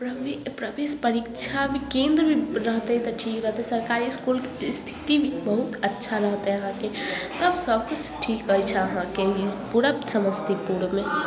प्रवेश परीक्षा भी केन्द्र रहतै तऽ ठीक रहतै सरकारी इसकुलके स्थिति भी बहुत अच्छा रहतै अहाँके सब किछ ठीक अइछ अहाँके पूरा समस्तीपुर मे